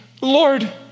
Lord